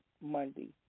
Monday